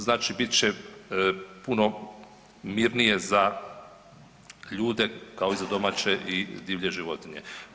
Znači bit će puno mirnije za ljude, kao i za domaće i za divlje životinje.